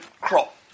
crop